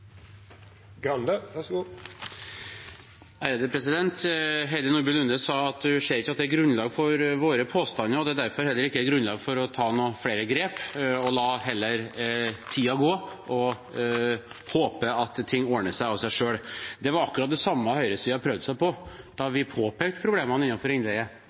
Heidi Nordby Lunde sa at hun ikke ser at det er grunnlag for våre påstander, og at det derfor heller ikke er grunnlag for å ta noen flere grep – at man heller bør la tiden gå og håpe at ting ordner seg av seg selv. Det var akkurat det samme høyresiden prøvde seg på da vi påpekte problemene innenfor innleie,